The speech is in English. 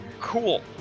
Cool